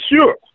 sure